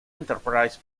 enterprise